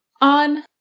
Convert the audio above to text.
on